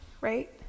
right